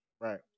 Right